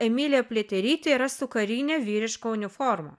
emilija pliaterytė yra su karine vyriška uniforma